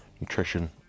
nutrition